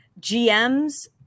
GMs